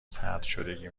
طردشدگی